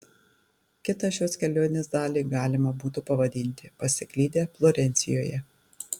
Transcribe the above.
kitą šios kelionės dalį galima būtų pavadinti pasiklydę florencijoje